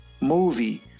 movie